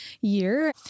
year